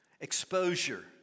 exposure